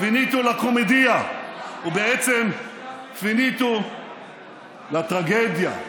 פיניטה לה קומדיה ובעצם פיניטה לה טרגדיה.